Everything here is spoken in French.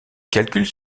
calculs